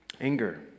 Anger